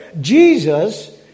Jesus